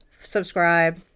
subscribe